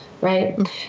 Right